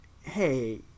hey